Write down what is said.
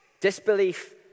disbelief